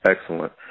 Excellent